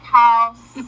house